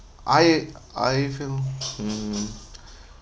I I feel mm